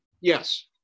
Yes